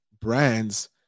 brands